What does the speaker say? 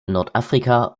nordafrika